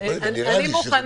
אני מוכנה